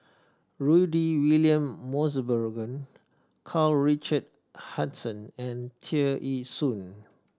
Rudy William Mosbergen Karl Richard Hanitsch and Tear Ee Soon